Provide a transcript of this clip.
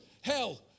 hell